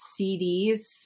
CDs